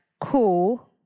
cool